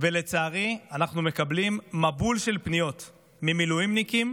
ולצערי אנחנו מקבלים מבול של פניות ממילואימניקים